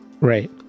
Right